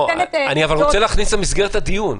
אני רוצה להכניס למסגרת הדיון.